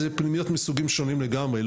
אלה פנימיות מסוגים שונים לגמרי.